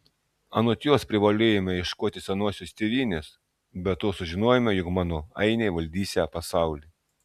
anot jos privalėjome ieškoti senosios tėvynės be to sužinojome jog mano ainiai valdysią pasaulį